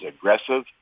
aggressive